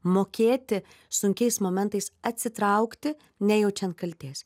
mokėti sunkiais momentais atsitraukti nejaučiant kaltės